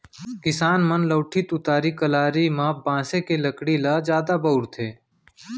किसान मन लउठी, तुतारी, कलारी म बांसे के लकड़ी ल जादा बउरथे